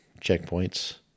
checkpoints